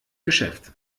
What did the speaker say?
geschäft